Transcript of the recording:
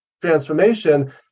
transformation